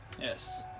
yes